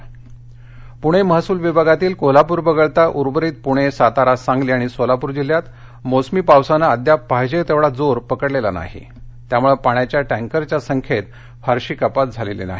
पणे पाणी पूणे महसूल विभागातील कोल्हापूर वगळता उर्वरित पूणे सातारा सांगली आणि सोलापूर जिल्ह्यात मोसमी पावसानं अद्याप पाहिजे तेवढा जोर पकडलेला नाही त्यामुळे पाण्याच्या टँकरच्या संख्येत फारशी कपात झालेली नाही